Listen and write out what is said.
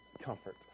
comfort